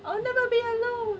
I will never be alone